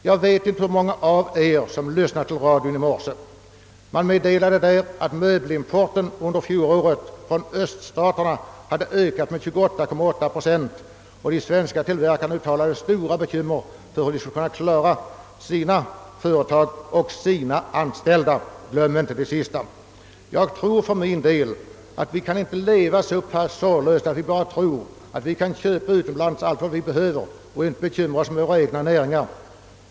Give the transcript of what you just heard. Jag vet inte hur många av er som lyssnade på radion i morse. Det meddelades där att möbelimporten under fjolåret från öststaterna hade ökat med 28,8 procent och att de svenska tillverkarna uttalade stora bekymmer för hur de skulle kunna klara sina företag och sina anställda — glöm inte det sista! Vi kan inte leva så sorglöst att vi bara tror att vi kan köpa utomlands allt vad vi behöver utan att bekymra oss om våra egna näringar.